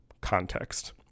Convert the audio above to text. context